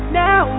now